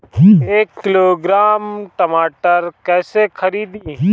एक किलोग्राम टमाटर कैसे खरदी?